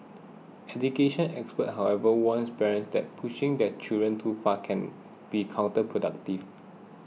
education experts however warn parents that pushing their children too far can be counterproductive